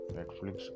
Netflix